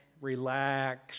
relax